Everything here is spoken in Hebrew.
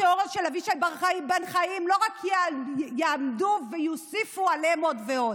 התיאוריה של אבישי בן חיים לא רק תעמוד אלא יוסיפו עליה עוד ועוד.